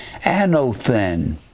anothen